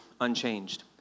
unchanged